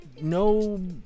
no